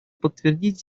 подтвердить